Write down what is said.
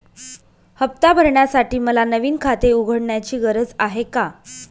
हफ्ता भरण्यासाठी मला नवीन खाते उघडण्याची गरज आहे का?